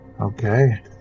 okay